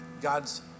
God's